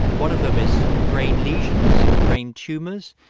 one of them is brain lesions and brain tumors.